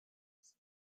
first